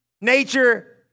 nature